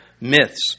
myths